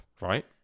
right